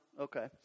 Okay